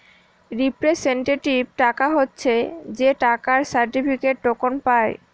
representative টাকা হচ্ছে যে টাকার সার্টিফিকেটে, টোকেন পায়